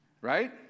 right